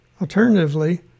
Alternatively